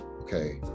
okay